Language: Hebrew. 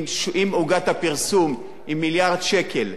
אם עוגת הפרסום היא מיליארד שקל,